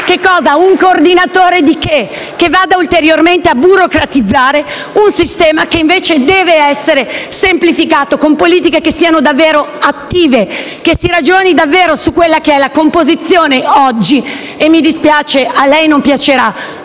un coordinatore (di che?) che vada ulteriormente a burocratizzare un sistema che, invece, deve essere semplificato con politiche che siano davvero attive. E che si ragioni davvero sulla composizione oggi - a lei non piacerà